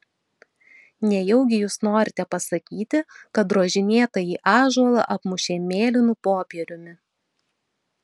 nejaugi jūs norite pasakyti kad drožinėtąjį ąžuolą apmušė mėlynu popieriumi